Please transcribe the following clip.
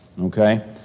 Okay